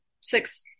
six